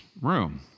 room